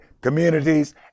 communities